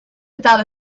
without